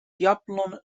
diablon